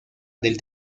del